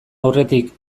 aurretik